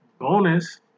Bonus